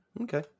Okay